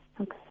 Okay